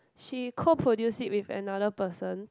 she co produce it with another person